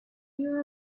you